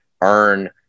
earn